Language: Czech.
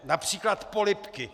Například polibky!